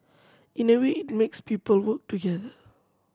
in a way it makes people work together